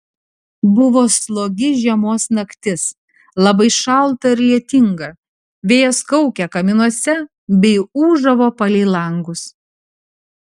buvo slogi žiemos naktis labai šalta ir lietinga vėjas kaukė kaminuose bei ūžavo palei langus